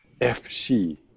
FC